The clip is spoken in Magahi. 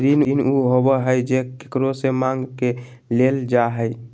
ऋण उ होबा हइ जे केकरो से माँग के लेल जा हइ